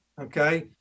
okay